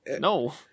No